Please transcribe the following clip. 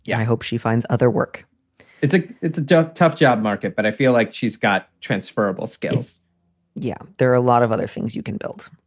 yeah i hope she finds other work it's a it's a tough job market, but i feel like she's got transferable skills yeah, there are a lot of other things you can build.